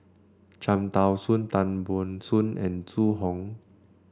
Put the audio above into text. Cham Tao Soon Tan Ban Soon and Zhu Hong